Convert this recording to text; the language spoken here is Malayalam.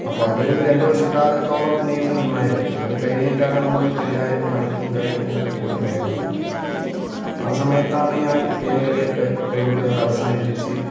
അപ്പോൾ അതൊരു രണ്ട് വർഷക്കാലത്തോളം നീണ്ട് നിന്നായിരുന്നു അത് കഴിഞ്ഞിട്ടാണ് നമ്മൾ എല്ലാവരും പണിക്കും കാര്യങ്ങൾക്കൊക്കെ പോയിട്ടുണ്ടായിരുന്നത് ആ സമയത്താണ് ഞാൻ ഗെയിമ് കളി ഒക്കെ അവസാനിപ്പിച്ച്